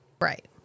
Right